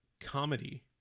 comedy